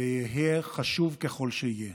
ויהיה חשוב ככל שיהיה.